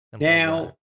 Now